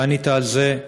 וענית על זה,